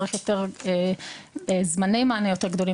צריך זמני מענה גדולים יותר.